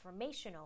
transformational